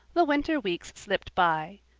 the winter weeks slipped by.